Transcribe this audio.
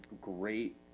great